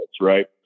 right